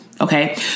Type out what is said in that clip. Okay